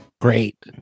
Great